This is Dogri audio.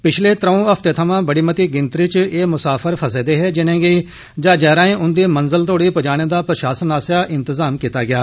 पिछले त्रौंऊ हफ्ते थमां बड़ी मती गिनतरी च एह मुसाफर फसे दे हे जिनेंगी जहाजै राए उन्दी मंजिल तोड़ी पजाने दा प्रशासन आस्सेआ इंतजाम कीता गेआ